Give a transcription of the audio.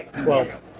Twelve